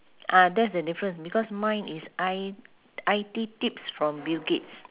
ah that's the difference because mine is I I_T tips from bill gates